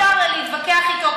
ואפשר להתווכח איתו,